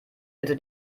bitte